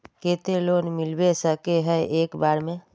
केते लोन मिलबे सके है एक बार में?